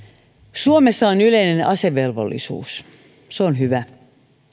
suomessa on yleinen asevelvollisuus se on hyvä